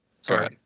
Sorry